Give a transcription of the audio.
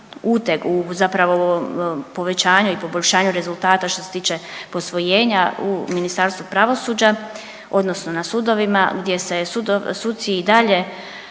zapravo u povećanju i poboljšanju rezultata što se tiče posvojenja u Ministarstvu pravosuđa odnosno na sudovima gdje se suci i dalje